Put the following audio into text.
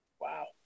Wow